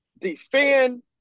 defend